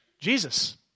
Jesus